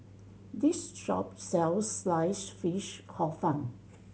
this shop sells Sliced Fish Hor Fun